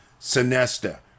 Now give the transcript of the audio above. Sinesta